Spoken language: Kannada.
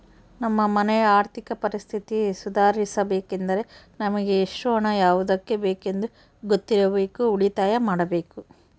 ನಮ್ಮ ಮನೆಯ ಆರ್ಥಿಕ ಪರಿಸ್ಥಿತಿ ಸುಧಾರಿಸಬೇಕೆಂದರೆ ನಮಗೆ ಎಷ್ಟು ಹಣ ಯಾವುದಕ್ಕೆ ಬೇಕೆಂದು ಗೊತ್ತಿರಬೇಕು, ಉಳಿತಾಯ ಮಾಡಬೇಕು